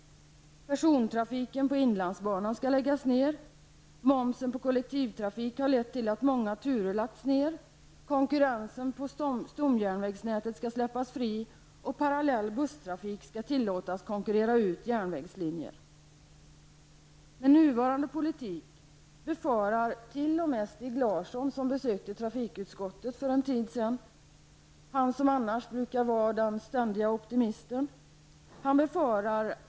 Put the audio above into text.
Persontrafiken på inlandsbanan skall läggas ner, momsen på kollektivtrafik har lett till att många turer lagts ner, konkurrensen på stomjärnvägsnätet skall släppas fri och parallell busstrafik skall tillåtas konkurrera ut järnvägslinjer. Med nuvarande politik befarar t.o.m. Stig Larsson, som för en tid sedan besökte trafikutskottet, att SJ på sikt bara kan rädda snabbtåget Stockholm--Göteborg.